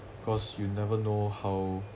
cause you never know how